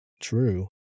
True